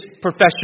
profession